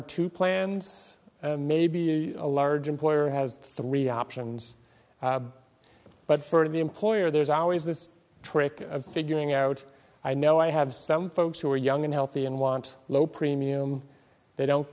or two plans maybe a large employer has three options but for the employer there's always this trick of figuring out i know i have some folks who are young and healthy and want low premium they don't